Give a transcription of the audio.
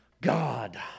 God